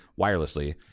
wirelessly